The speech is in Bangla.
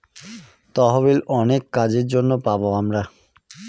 তহবিল অনেক কাজের জন্য পাবো আমরা